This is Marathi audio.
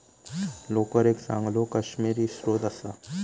लोकर एक चांगलो काश्मिरी स्त्रोत असा